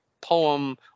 poem